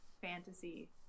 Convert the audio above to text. fantasy